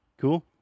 Cool